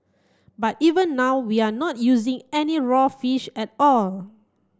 but even now we are not using any raw fish at all